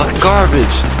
garbage